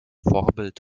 vorbild